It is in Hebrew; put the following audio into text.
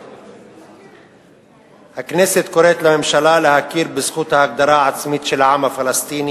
1. הכנסת קוראת לממשלה להכיר בזכות ההגדרה העצמית של העם הפלסטיני